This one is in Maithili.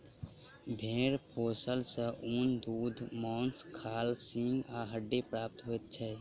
भेंड़ पोसला सॅ ऊन, दूध, मौंस, खाल, सींग आ हड्डी प्राप्त होइत छै